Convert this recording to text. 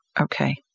Okay